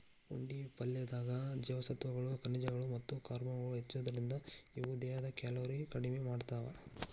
ಪುಂಡಿ ಪಲ್ಲೆದಾಗ ಜೇವಸತ್ವಗಳು, ಖನಿಜಗಳು ಮತ್ತ ಕಾರ್ಬ್ಗಳು ಹೆಚ್ಚಿರೋದ್ರಿಂದ, ಇವು ದೇಹದ ಕ್ಯಾಲೋರಿ ಕಡಿಮಿ ಮಾಡ್ತಾವ